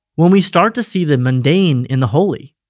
when we start to see the mundane in the holy?